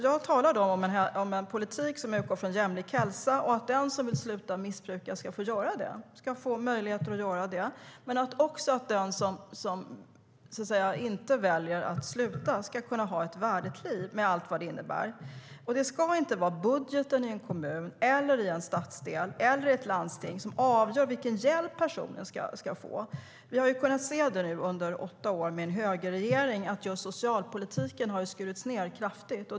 Jag talar då om en politik som utgår från jämlik hälsa och att den som vill sluta missbruka ska få möjligheter att göra det. Men också den som inte väljer att sluta ska kunna ha ett värdigt liv, med allt vad det innebär. Det ska inte vara budgeten i en kommun, i en stadsdel eller i ett landsting som avgör vilken hjälp en person ska få. Under åtta år med en högerregering har vi kunnat se att just socialpolitiken har skurits ned kraftigt.